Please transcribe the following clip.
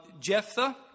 Jephthah